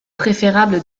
préférable